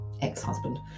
ex-husband